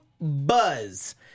BUZZ